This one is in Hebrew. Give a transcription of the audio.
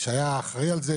שהיה אחראי על זה,